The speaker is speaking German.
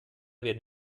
werden